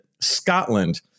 Scotland